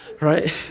right